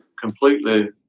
completely